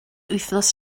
wythnos